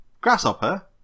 grasshopper